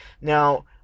Now